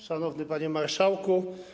Szanowny Panie Marszałku!